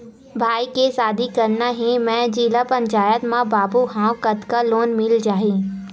भाई के शादी करना हे मैं जिला पंचायत मा बाबू हाव कतका लोन मिल जाही?